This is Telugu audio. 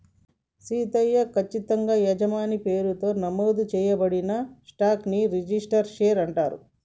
సీతయ్య, కచ్చితంగా యజమాని పేరుతో నమోదు చేయబడిన స్టాక్ ని రిజిస్టరు షేర్ అంటారు